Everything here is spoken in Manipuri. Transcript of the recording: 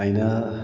ꯑꯩꯅ